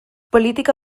politika